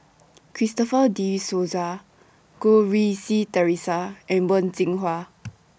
Christopher De Souza Goh Rui Si Theresa and Wen Jinhua